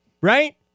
right